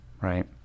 right